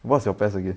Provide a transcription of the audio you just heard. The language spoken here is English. what's your PES again